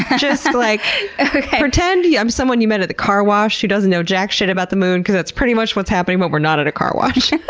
and just like pretend i'm someone you met at the carwash who doesn't know jack shit about the moon because that's pretty much what's happening, but we're not at a carwash.